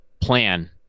plan